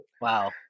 wow